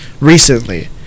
Recently